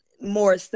more